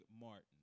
Martin